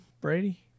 brady